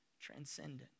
transcendent